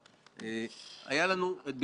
זה ביטול עמלות פירעון מוקדם של משכנתה.